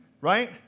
right